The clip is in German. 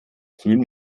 frühen